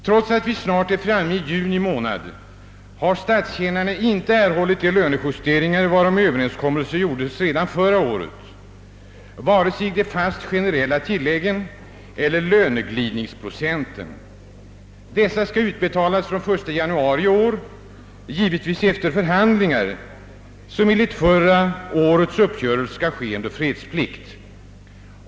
Trots att vi snart är framme i juni månad har alltså statstjänarna inte erhållit de lönejusteringar varom Överenskommelse träffades förra året — vare sig de generella tilläggen eller löneglidningsprocenten. Dessa tillägg skall utbetalas från den 1 januari i år, givetvis efier förhandlingar, vilka enligt förra årets uppgörelse skall ske under fredsplikt.